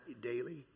daily